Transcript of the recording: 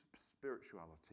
spirituality